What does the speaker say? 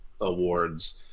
awards